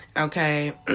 okay